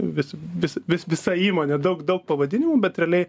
vis vis vis visa įmonė daug daug pavadinimų bet realiai